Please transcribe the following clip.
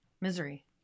Misery